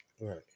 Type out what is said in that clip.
Right